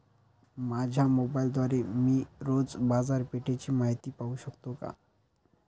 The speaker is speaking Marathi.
माझ्या मोबाइलद्वारे मी रोज बाजारपेठेची माहिती पाहू शकतो का?